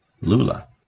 Lula